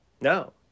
no